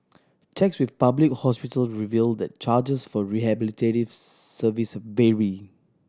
checks with public hospital revealed that charges for rehabilitative service vary